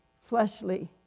fleshly